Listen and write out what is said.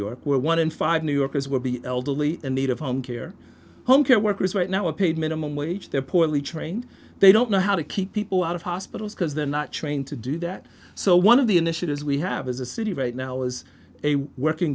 york where one in five new yorkers will be elderly in need of home care home care workers right now are paid minimum wage they're poorly trained they don't know how to keep people out of hospitals because they're not trained to do that so one of the initiatives we have as a city right now as a working